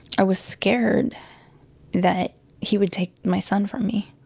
i was scared that he would take my son from me